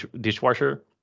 dishwasher